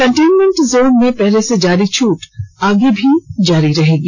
containment zone में पहले से जारी छूट आगे भी जारी रहेगी